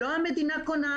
לא המדינה קונה,